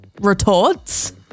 retorts